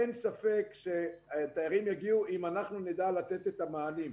אין ספק שהתיירים יגיעו אם אנחנו נדע לתת מענים.